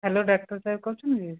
hello doctor sir କହୁଛନ୍ତି